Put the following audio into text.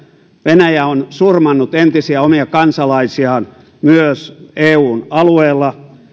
venäjä on surmannut entisiä omia kansalaisiaan myös eun alueella